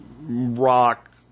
rock